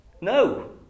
No